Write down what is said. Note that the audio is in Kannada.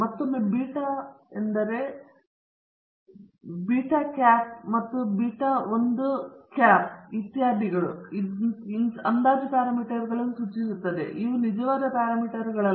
ಮತ್ತೊಮ್ಮೆ ಬೀಟಾ ಎಂದರೆ ಟೋಪಿ ಮತ್ತು ಬೀಟಾ 1 ಹ್ಯಾಟ್ ಇತ್ಯಾದಿಗಳು ಅಂದಾಜು ಪ್ಯಾರಾಮೀಟರ್ಗಳನ್ನು ಸೂಚಿಸುತ್ತದೆ ಮತ್ತು ನಿಜವಾದ ಪ್ಯಾರಾಮೀಟರ್ಗಳಲ್ಲ